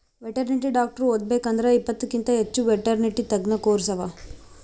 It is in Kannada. ವೆಟೆರ್ನಿಟಿ ಡಾಕ್ಟರ್ ಓದಬೇಕ್ ಅಂದ್ರ ಇಪ್ಪತ್ತಕ್ಕಿಂತ್ ಹೆಚ್ಚ್ ವೆಟೆರ್ನಿಟಿ ತಜ್ಞ ಕೋರ್ಸ್ ಅವಾ